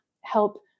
help